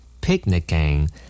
Picnicking